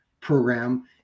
program